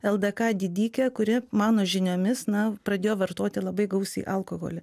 ldk didikė kuri mano žiniomis na pradėjo vartoti labai gausiai alkoholį